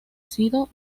sido